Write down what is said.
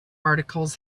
articles